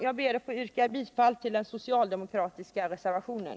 Jag ber att få yrka bifall till den socialdemokratiska reservationen.